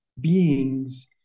beings